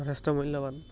যথেষ্ট মূল্যৱান